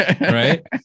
right